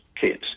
kids